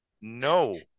No